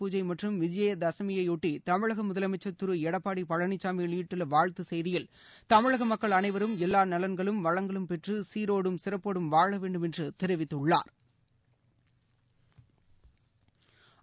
பூஜை ஆயுத முதலமைச்சர் திரு எடப்பாடி பழனிசாமி வெளியிட்டுள்ள வாழ்த்து செய்தியில் தமிழக மக்கள் அனைவரும் எல்லா நலன்களும் வளங்களும் பெற்று சீரோடும் சிறப்போடும் வாழ வேண்டும் என்று தெரிவித்துள்ளாா்